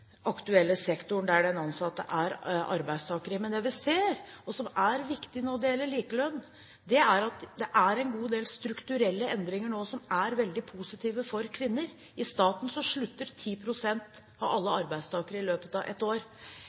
aktuelle sektoren der arbeidstakeren er ansatt. Men det vi ser – og som er viktig når det gjelder likelønn – er at det er en god del strukturelle endringer nå som er veldig positive for kvinner. I staten slutter 10 pst. av alle arbeidstakere i løpet av ett år.